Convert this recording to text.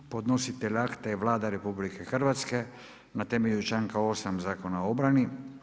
Podnositelj akta je Vlada RH na temelju članka 8. Zakona o obrani.